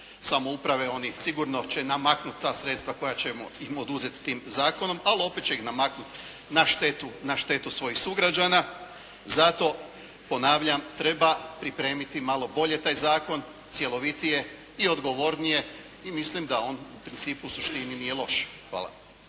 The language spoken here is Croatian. samouprave. Oni sigurno će namaknuti ta sredstva koja ćemo im oduzeti tim zakonom, ali opet će ih namaknut na štetu svojih sugrađana. Zato ponavljam treba pripremiti malo bolje taj zakon, cjelovitije i odgovornije. I mislim da on u principu, suštini nije loš. Hvala.